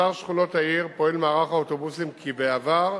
לשאר שכונות העיר פועל מערך האוטובוסים כבעבר,